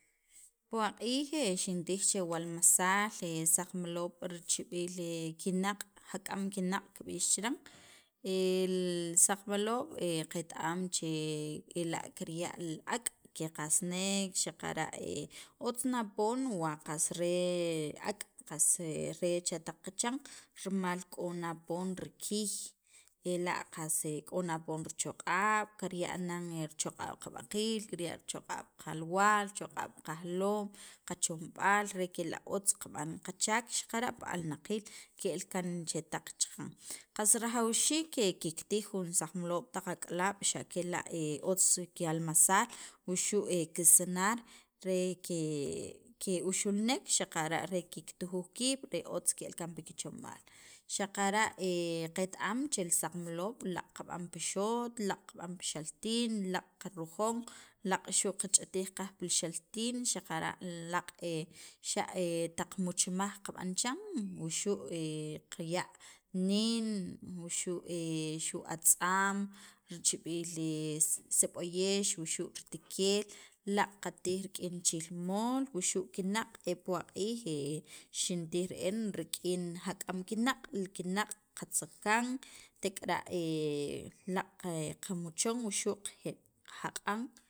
puwaq'ij xintij che walmasaal, saqmaloob' richib'iil kinaq', jak'am kinaq' kib'ix chiran li saqmaloob' qet- am che ela' kirya' li ak', keqasnek xaqara otz na poon wa qas re ak' qas re cha taq qachan rimal k'o na poon rikiy, ela' ko na poon richoq'ab' karya' nan richoq'ab' qab'aqiil, kirya' richoq'ab' qalwaal, chiq'ab' qajloom, qachomb'aal re kela' otz qab'an qachaak xaqara' pi alnaqiil ke'l kaan li chetaq chaqan taq ak'alaab' xa' kela' otz kalmasaal wuxu' kisanar re ke uxulnek, xaqara' re kiktujuj kiib' re otz ke'l kaan pi kichomb'aal xaqara' qet- am che li saqmaloob' laaq' kab'an pi xoot, laq' qab'an pi xaltin laaq' qarujon, laaq' xu' qach'itij qaj pil xaltin xaqara' laaq' xa' taq muchmaj qab'an chiran wuxu' qaya' niin, wuxu' xu' atza'm richib'iil li seb'oyex, wuxu' ritikeel laaq' qatij rik'in chilmol wuxu' kinaq' e puwaq'iij xintij re'en rik'in jak'am kinaq', li kinaq' qatzakan teka'ar' laaq' kamuchon wuxu' qe jaq'an.